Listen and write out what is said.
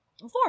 Four